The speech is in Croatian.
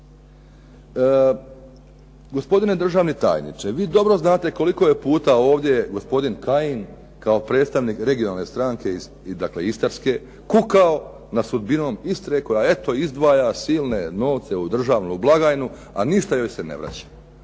Gospodine državni tajniče vi dobro znate koliko je puta gospodin Kajin kao predstavnik regionalne stranke dakle Istarske kukao na sudbinu Istre koja eto izdvaja silne novce u državnu blagajnu a ništa joj se ne vraća.